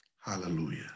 Hallelujah